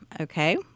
Okay